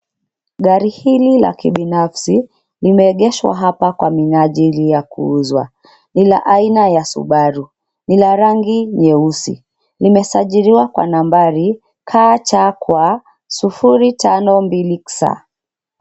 Gari hili la kibinafsi limeegeshwa hapa kwa minajili ya kuuzwa. Ni la aina ya subaru. Ni la rangi nyeusi. Limesajiriwa kwa nambari kachakwa sufuri tano mbili ksa.